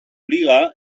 liga